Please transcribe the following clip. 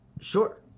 Sure